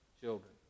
children